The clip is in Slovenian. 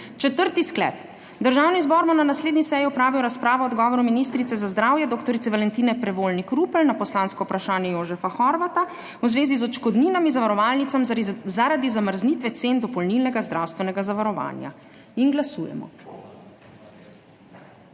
Četrti sklep: Državni zbor bo na naslednji seji opravil razpravo o odgovoru ministrice za zdravje dr. Valentine Prevolnik Rupel na poslansko vprašanje Jožefa Horvata v zvezi z odškodninami zavarovalnicam zaradi zamrznitve cen dopolnilnega zdravstvenega zavarovanja. Glasujemo.